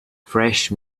fresh